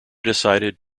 decided